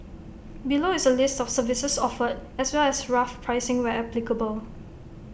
below is A list of services offered as well as rough pricing where applicable